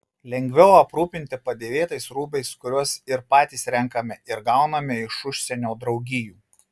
lengviau aprūpinti padėvėtais rūbais kuriuos ir patys renkame ir gauname iš užsienio draugijų